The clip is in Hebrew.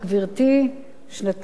שנתיים עברו, אין סיכוי.